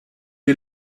est